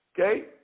Okay